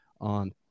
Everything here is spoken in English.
on